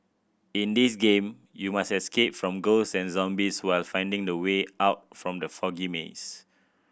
in this game you must escape from ghosts and zombies while finding the way out from the foggy maze